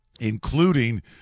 including